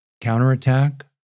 counterattack